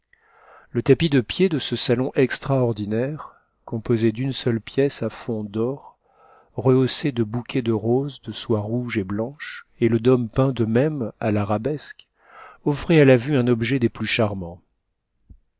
le tapis de pied de ce salon extraordinaire composé d'une seule pièce à fond d'or rehaussé de bouquets de roses de soie rouge et blanche et le dôme peint de même à l'arabesque offraient à a vue un objet des plus charmants